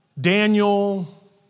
Daniel